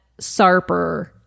Sarper